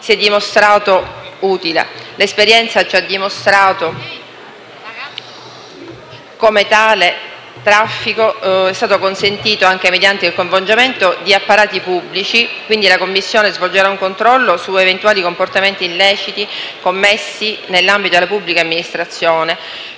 si è dimostrato utile. L'esperienza ci ha dimostrato come tale traffico sia stato consentito anche mediante il coinvolgimento di apparati pubblici; quindi la Commissione svolgerà un controllo su eventuali comportamenti illeciti commessi nell'ambito della pubblica amministrazione.